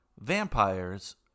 vampires